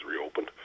reopened